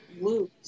lose